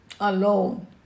alone